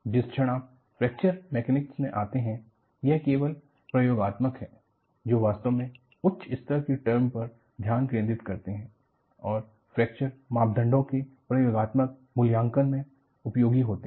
जिस क्षण आप फ्रैक्चर मैकेनिक्स में आते हैं यह केवल प्रयोगात्मक है जो वास्तव में उच्च स्तर की टर्म पर ध्यान केंद्रित करते हैं और फ्रैक्चर मापदंडों के प्रयोगात्मक मूल्यांकन में उपयोगी होते हैं